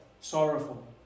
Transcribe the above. sorrowful